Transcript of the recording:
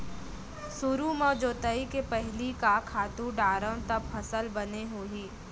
सुरु म जोताई के पहिली का खातू डारव त फसल बने होही?